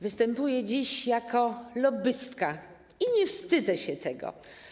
Występuję dziś jako lobbystka i nie wstydzę się tego.